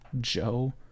Joe